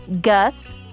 Gus